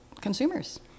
consumers